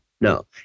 No